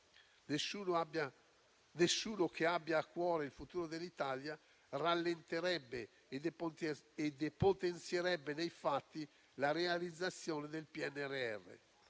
Nessuno che abbia a cuore il futuro dell'Italia rallenterebbe e depotenzierebbe nei fatti la realizzazione del PNRR,